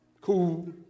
cool